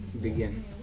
Begin